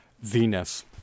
Venus